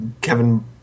Kevin